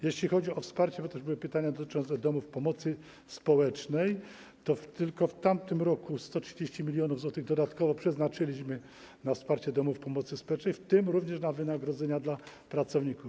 Jeśli chodzi o wsparcie - bo były też o to pytania - dotyczące domów pomocy społecznej, to tylko w tamtym roku 130 mln zł dodatkowo przeznaczyliśmy na wsparcie domów pomocy społecznej, w tym również na wynagrodzenia dla pracowników.